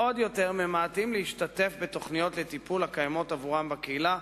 ועוד יותר ממעטים להשתתף בתוכניות לטיפול הקיימות עבורם בקהילה,